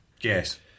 Yes